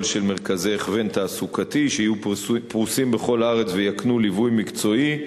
של מרכזי הכוון תעסוקתי שיהיו פרוסים בכל הארץ ויקנו ליווי מקצועי,